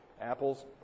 apples